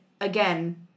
again